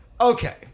okay